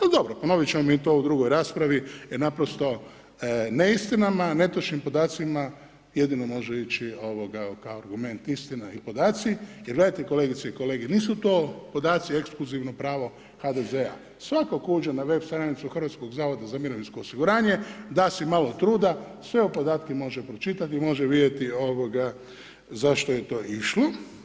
Al dobro, ponovit ćemo mi to u drugoj raspravi, jer naprosto neistinama, netočnim podacima, jedino može ići, ovoga, kao argument istina i podaci, jer gledajte kolegice i kolege, nisu to podaci ekskluzivno pravo HDZ-a, svatko tko uđe na web stranicu Hrvatskog zavoda za mirovinsko osiguranje, da si malo truda, sve ove podatke može pročitati i može vidjeti, ovoga, zašto je to išlo.